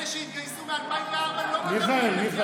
אלה שהתגייסו מ-2004 לא מקבלים לפי החוק הזה.